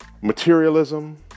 materialism